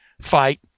fight